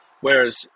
whereas